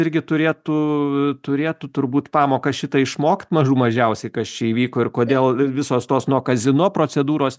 irgi turėtų turėtų turbūt pamoką šitą išmokt mažų mažiausiai kas čia įvyko ir kodėl visos tos nuo kazino procedūros